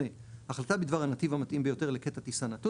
החלטה בדבר הנתיב המתאים ביותר לקטע טיסה נתון